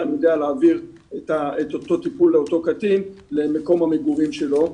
יודע להעביר את אותו טיפול באותו קטין למקום המגורים שלו.